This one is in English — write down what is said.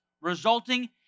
resulting